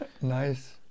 Nice